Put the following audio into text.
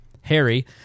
Harry